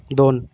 दोन